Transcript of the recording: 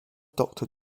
doctor